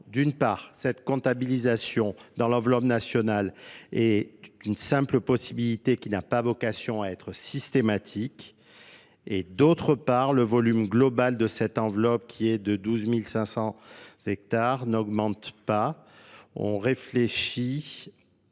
d'une part cette comptabilisation dans l'enveloppe nationale est une simple possibilité qui n'a pas vocation à être systématique et d'autre part le volume global de cette enveloppe qui est de douze mille cinq cents hectares n'augmente pas on réfléchit